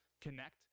connect